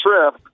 trip